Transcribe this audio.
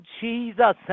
Jesus